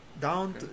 down